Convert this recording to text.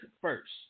first